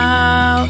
Now